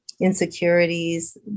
insecurities